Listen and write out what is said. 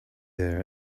there